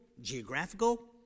geographical